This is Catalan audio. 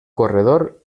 corredor